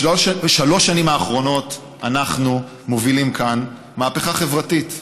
בשלוש השנים האחרונות אנחנו מובילים כאן מהפכה חברתית,